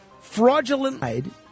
fraudulent